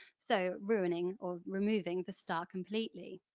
so ruining or removing the star completely.